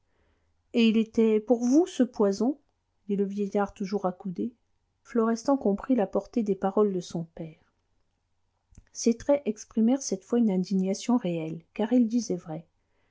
et il était pour vous ce poison dit le vieillard toujours accoudé florestan comprit la portée des paroles de son père ses traits exprimèrent cette fois une indignation réelle car il disait vrai